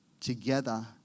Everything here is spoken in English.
together